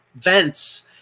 vents